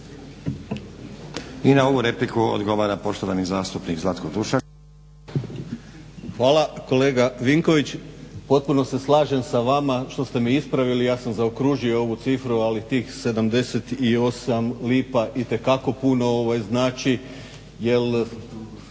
I na ovu repliku odgovara poštovani zastupnik Zlatko Tušak.